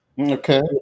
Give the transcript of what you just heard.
Okay